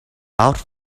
out